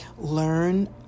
learn